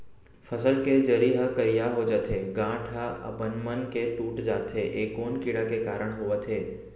फसल के जरी ह करिया हो जाथे, गांठ ह अपनमन के टूट जाथे ए कोन कीड़ा के कारण होवत हे?